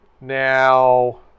Now